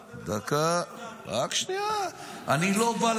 --- דקה, רק שנייה, אני לא בא להחזרה,